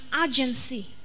urgency